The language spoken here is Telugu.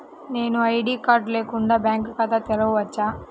నేను ఐ.డీ కార్డు లేకుండా బ్యాంక్ ఖాతా తెరవచ్చా?